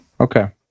okay